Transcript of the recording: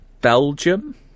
Belgium